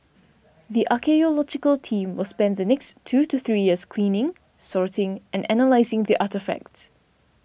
the archaeological team will spend the next two to three years cleaning sorting and analysing the artefacts